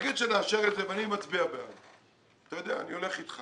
נגיד שנאשר את זה ואני מצביע בעד, אני הולך אתך